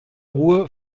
ruhe